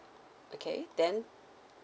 okay then